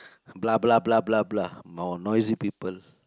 blah blah blah blah blah no~ noisy people